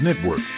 Network